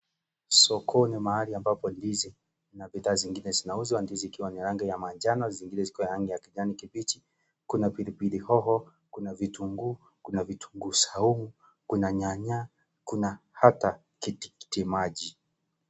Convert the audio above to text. Sokoni mahali ambapo ndizi na bidhaa zingine zinauzwa, ndizi zikiwa ni za rangi ya manjano zingine zikiwa za rangi ya kijani kibichi kuna pilipili hoho, kuna vitunguu, kuna vitunguu saumu, kuna nyanya, kuna hata tikitimaji.